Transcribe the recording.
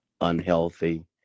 unhealthy